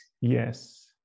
Yes